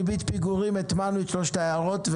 בחוק ריבית פיגורים את שלושת ההערות.